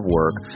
work